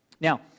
Now